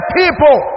people